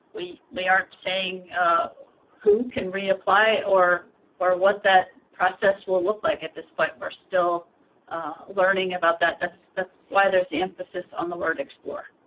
we we aren't saying who can reapply or or what that process will look like at this point. we're still learning about that. that's that's why there's the emphasis on the word explore.